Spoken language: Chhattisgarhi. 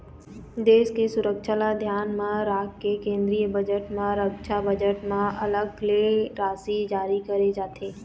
देश के सुरक्छा ल धियान म राखके केंद्रीय बजट म रक्छा बजट म अलग ले राशि जारी करे जाथे